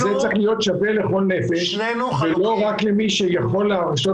לצערנו מה שקרה טרום הרפורמה,